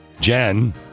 Jen